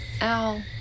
Al